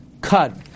cut